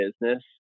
business